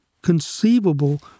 conceivable